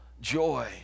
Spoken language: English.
joy